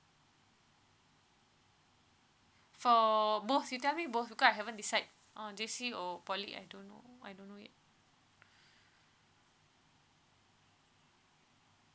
for both you tell me both because I haven't decide on J_C or poly I don't know I don't know yet